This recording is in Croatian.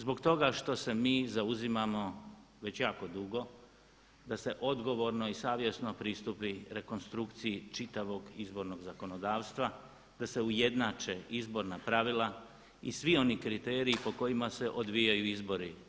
Zbog toga što se mi zauzimamo već jako dugo da se odgovorno i savjesno pristupi rekonstrukciji čitavog izbornog zakonodavstva, da se ujednače izborna pravila i svi oni kriteriji po kojima se odvijaju izbori.